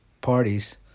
parties